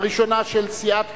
הראשונה של סיעת קדימה,